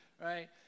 right